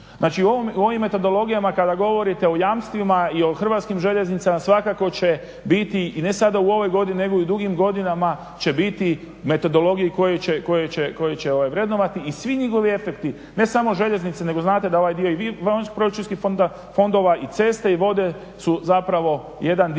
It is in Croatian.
Znači u ovim metodologijama kada govorite o jamstvima i o Hrvatskim željeznicama svakako će biti i ne sada u ovoj godini nego i u drugim godinama će biti metodologije koje će vrednovati. I svi njihovi efekti, ne samo željeznice, nego znate da ovaj dio i van proračunskih fondova i ceste i vode su zapravo jedan dio